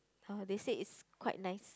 uh they said is quite nice